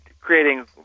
creating